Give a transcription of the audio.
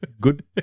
Good